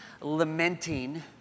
lamenting